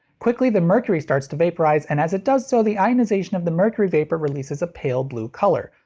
quickly the mercury starts to vaporize, and as it does so the ionization of the mercury vapor releases a pale blue color,